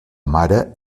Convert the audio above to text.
mare